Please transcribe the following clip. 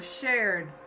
shared